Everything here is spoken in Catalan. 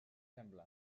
sembla